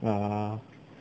err